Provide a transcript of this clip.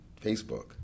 Facebook